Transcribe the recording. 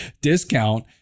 discount